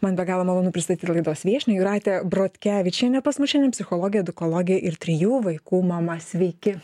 man be galo malonu pristatyti laidos viešnią jūratę bortkevičienę pas mus šiandien psichologė edukologė ir trijų vaikų mama sveiki